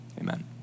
Amen